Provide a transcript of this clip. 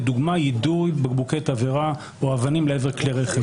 לדוגמה יידוי בקבוקי תבערה או אבנים לעבר כלי רכב.